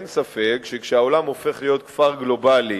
אין ספק שכשהעולם הופך להיות כפר גלובלי,